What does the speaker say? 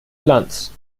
glanz